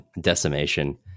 decimation